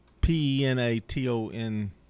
P-E-N-A-T-O-N